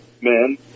men